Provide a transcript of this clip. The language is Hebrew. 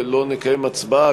לא נקיים הצבעה,